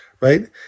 right